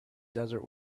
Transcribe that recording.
desert